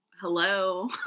Hello